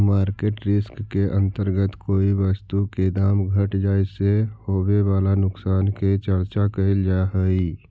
market risk के अंतर्गत कोई वस्तु के दाम घट जाए से होवे वाला नुकसान के चर्चा कैल जा हई